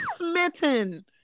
smitten